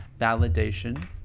validation